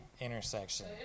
intersection